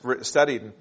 studied